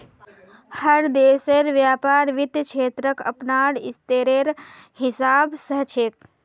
हर देशेर व्यापार वित्त क्षेत्रक अपनार स्तरेर हिसाब स ह छेक